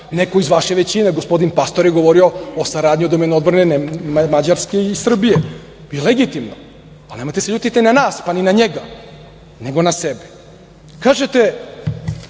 neko iz vaše većine, gospodin Pastor je govorio o saradnji u domenu odbrane Mađarske i Srbije i legitimno. Nemojte da se ljutite na nas, pa ni na njega, nego na sebe. Kažete,